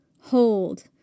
hold